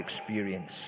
experience